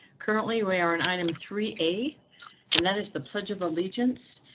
currently we are an item three a and that is the pledge of allegiance.